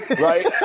right